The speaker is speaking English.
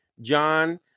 john